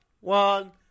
One